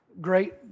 great